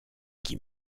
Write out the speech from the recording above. qui